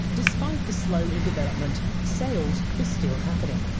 despite the slow in development, sales were still happening.